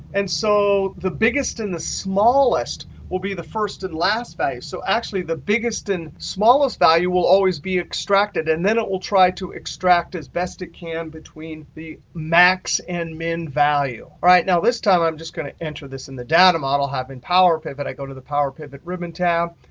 and so the biggest and the smallest will be the first and last values. so actually, the biggest and smallest value will always be extracted. and then it will try to extract as best it can between the max and min value. all right, now this time, i'm just going to enter this in the data model, have it in powerpivot. i go to the powerpivot ribbon tab,